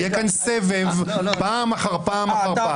כל אחד יקבל, יהיה כאן סבב פעם אחר פעם אחר פעם.